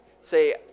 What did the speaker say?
Say